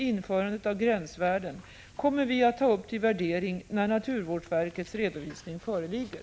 införandet av gränsvärden, kommer vi att ta upp till värdering när naturvårdsverkets redovisning föreligger.